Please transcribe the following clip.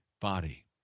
body